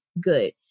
good